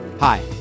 Hi